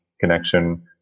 connection